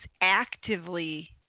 actively